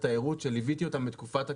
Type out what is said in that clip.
התיירות שליוויתי אותם בתקופת הקורונה,